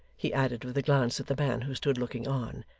he added, with a glance at the man who stood looking on,